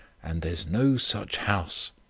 and there's no such house.